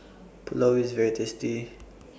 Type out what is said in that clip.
Pulao IS very tasty